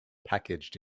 packaged